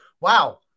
Wow